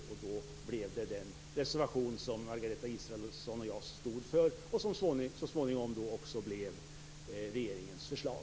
Det resulterade i den reservation som Margareta Israelsson och jag stod för och som så småningom i huvudsak också blev regeringens förslag.